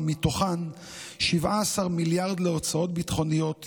ומתוכם 17 מיליארד להוצאות ביטחוניות,